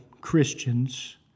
Christians